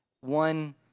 one